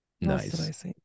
Nice